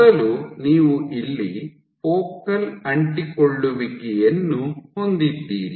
ಮೊದಲು ನೀವು ಇಲ್ಲಿ ಫೋಕಲ್ ಅಂಟಿಕೊಳ್ಳುವಿಕೆಯನ್ನು ಹೊಂದಿದ್ದೀರಿ